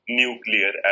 nuclear